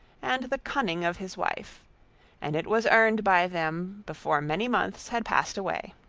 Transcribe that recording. and the cunning of his wife and it was earned by them before many months had passed away.